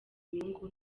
nyungu